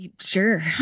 Sure